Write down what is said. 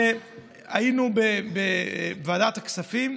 היינו בוועדת הכספים,